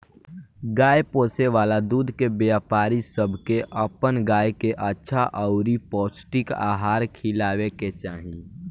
गाय पोसे वाला दूध के व्यापारी सब के अपन गाय के अच्छा अउरी पौष्टिक आहार खिलावे के चाही